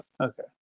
Okay